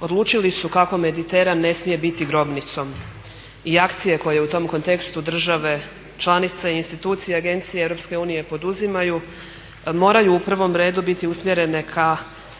odlučili su kako mediteran ne smije biti grobnicom i akcije koje u tom kontekstu države članice i institucije i agencije EU poduzimaju moraju u prvom redu biti usmjerene ka